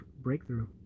breakthrough